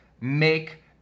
make